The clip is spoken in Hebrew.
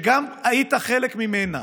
שהיית חלק ממנה,